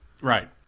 Right